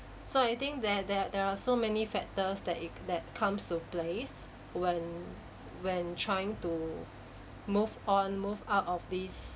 so I think there there there are so many factors that it that comes to place when when trying to move on move out of this